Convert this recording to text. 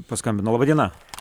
paskambino laba diena